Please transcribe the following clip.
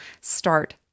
start